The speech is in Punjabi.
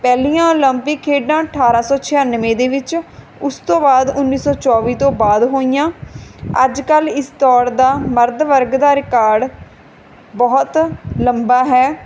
ਪਹਿਲੀਆਂ ਓਲੰਪਿਕ ਖੇਡਾਂ ਅਠਾਰ੍ਹਾਂ ਸੌ ਛਿਆਨਵੇਂ ਦੇ ਵਿੱਚ ਉਸ ਤੋਂ ਬਾਅਦ ਉੱਨੀ ਸੌ ਚੌਵੀ ਤੋਂ ਬਾਅਦ ਹੋਈਆਂ ਅੱਜ ਕੱਲ੍ਹ ਇਸ ਦੌੜ ਦਾ ਮਰਦ ਵਰਗ ਦਾ ਰਿਕਾਰਡ ਬਹੁਤ ਲੰਬਾ ਹੈ